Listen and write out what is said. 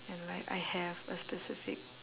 and like I have a specific